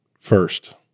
first